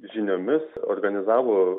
žiniomis organizavo